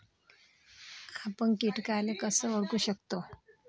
आपन कीटकाले कस ओळखू शकतो?